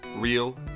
real